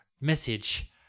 message